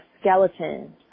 skeleton